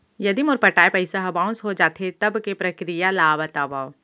यदि मोर पटाय पइसा ह बाउंस हो जाथे, तब के प्रक्रिया ला बतावव